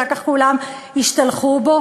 ואחר כך כולם השתלחו בו,